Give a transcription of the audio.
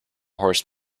horse